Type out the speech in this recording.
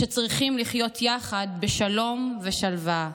שצריכים לחיות יחד בשלום ושלווה.